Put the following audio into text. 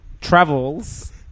Travels